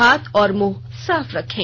हाथ और मुंह साफ रखें